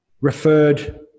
referred